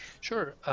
Sure